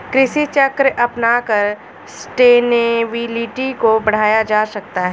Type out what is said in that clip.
कृषि चक्र अपनाकर सस्टेनेबिलिटी को बढ़ाया जा सकता है